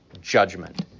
judgment